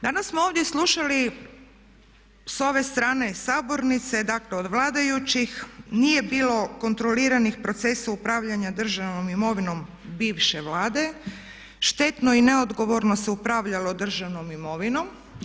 Danas smo ovdje slušali s ove strane sabornice, dakle od vladajućih, nije bilo kontroliranih procesa upravljanja državnom imovinom bivše Vlade, štetno i neodgovorno se upravljalo državnom imovinom.